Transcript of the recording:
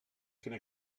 quina